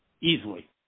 easily